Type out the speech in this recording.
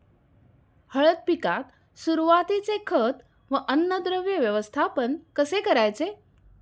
हळद पिकात सुरुवातीचे खत व अन्नद्रव्य व्यवस्थापन कसे करायचे?